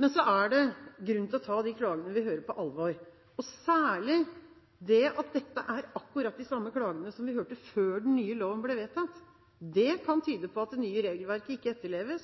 Men det er grunn til å ta de klagene vi hører, på alvor, særlig det at dette er akkurat de samme klagene vi hørte før den nye loven ble vedtatt. Det kan tyde på at det nye regelverket ikke etterleves.